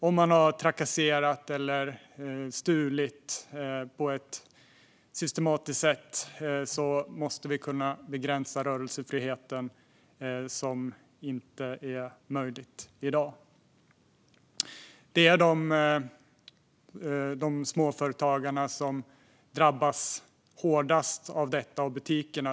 Om någon har trakasserat eller stulit på ett systematiskt sätt måste dennes rörelsefrihet kunna begränsas på ett sätt som inte är möjligt i dag. Det är de små företagarna som drabbas hårdast av detta.